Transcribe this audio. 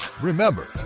Remember